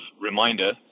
reminder